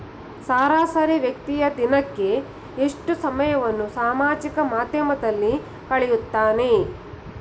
ಸರಾಸರಿ ವ್ಯಕ್ತಿಯು ದಿನಕ್ಕೆ ಎಷ್ಟು ಸಮಯವನ್ನು ಸಾಮಾಜಿಕ ಮಾಧ್ಯಮದಲ್ಲಿ ಕಳೆಯುತ್ತಾನೆ?